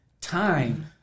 time